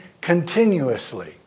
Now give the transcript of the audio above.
continuously